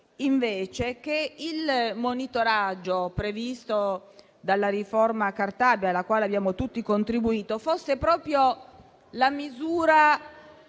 pensiamo che il monitoraggio previsto dalla riforma Cartabia, alla quale abbiamo tutti contribuito, fosse proprio la misura